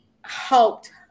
helped